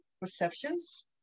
perceptions